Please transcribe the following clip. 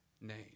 name